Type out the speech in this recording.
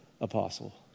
apostle